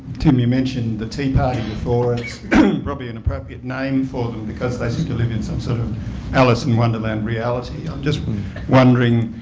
tim you mentioned the tea party before and probably an appropriate name for them because they still live in some sort of alice in wonderland reality. i'm just wondering